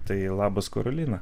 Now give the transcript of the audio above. tai labas karolina